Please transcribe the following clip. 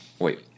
Wait